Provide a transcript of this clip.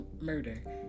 murder